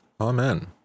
Amen